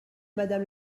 madame